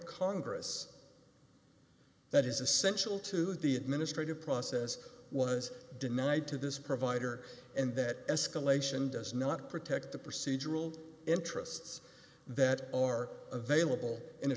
congress that is essential to the administrative process was denied to this provider and that escalation does not protect the procedural interests that are available in